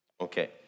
Okay